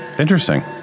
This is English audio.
Interesting